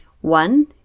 one